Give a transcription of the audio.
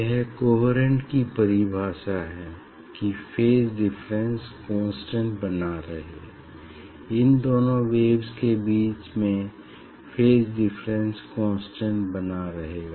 यह कोहेरेंट की परिभाषा है कि फेज डिफरेंस कांस्टेंट बना रहे इन दोनों वेव्स के बीच में फेज डिफरेंस कांस्टेंट बना रहेगा